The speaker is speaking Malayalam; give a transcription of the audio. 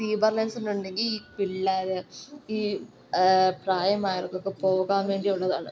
സീബ്രാ ലൈൻസുണ്ടെങ്കിൽ ഈ പിള്ളേർ ഈ പ്രായമായവർക്കൊക്കെ പോകാൻ വേണ്ടി ഉള്ളതാണ്